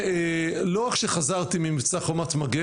לא רק שחזרתי ממבצע "חומת מגן",